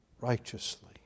righteously